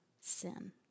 sin